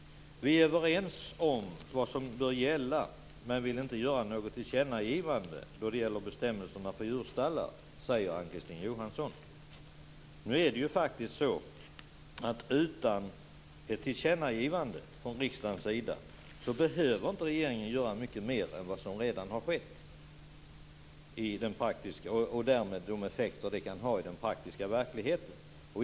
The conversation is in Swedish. Vi är överens om vad som bör gälla men vi vill inte göra något tillkännagivande då det gäller bestämmelserna för djurstallarna, säger Ann-Kristine Johansson. Nu är det ju faktiskt så att utan ett tillkännagivande från riksdagens sida behöver inte regeringen göra mycket mer än vad som redan har skett vad gäller den praktiska verkligheten och de effekter detta där kan få.